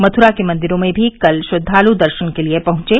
मथुरा के मंदिरों में भी कल श्रद्वालु दर्शन के लिए पहुंचे